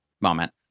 moment